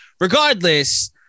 Regardless